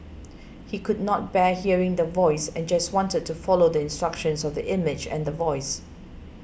he could not bear hearing the Voice and just wanted to follow the instructions of the image and the voice